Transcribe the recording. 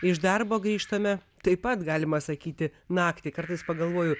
iš darbo grįžtame taip pat galima sakyti naktį kartais pagalvoju